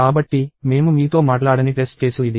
కాబట్టి మేము మీతో మాట్లాడని టెస్ట్ కేసు ఇది